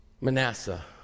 Manasseh